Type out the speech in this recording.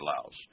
allows